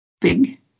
big